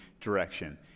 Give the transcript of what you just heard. direction